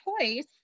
choice